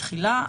תחילה.